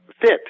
fit